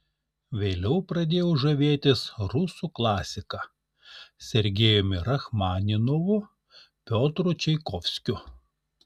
vėliau pradėjau žavėtis rusų klasika sergejumi rachmaninovu piotru čaikovskiu